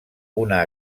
una